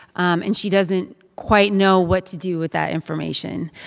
um and she doesn't quite know what to do with that information.